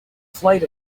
flight